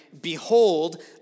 Behold